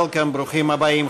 Welcome, ברוכים הבאים.